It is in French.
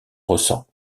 ressent